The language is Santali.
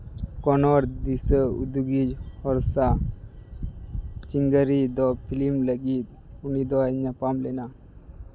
ᱠᱚᱱᱱᱚᱲ ᱫᱤᱥᱟᱹ ᱩᱫᱩᱜᱤᱡ ᱦᱚᱲ ᱥᱟᱶ ᱪᱤᱝᱜᱟᱹᱨᱤ ᱫᱚ ᱯᱷᱤᱞᱤᱢ ᱞᱟᱹᱜᱤᱫ ᱩᱱᱤ ᱫᱚᱭ ᱧᱟᱯᱟᱢ ᱞᱮᱱᱟ